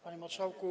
Panie Marszałku!